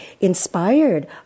inspired